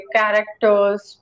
characters